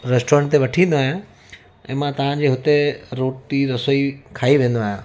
restaurant ते वठी ईंदो आहियां ऐं मां तव्हांजे हुते रोटी रसोई खाई वेंदो आहियां